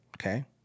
Okay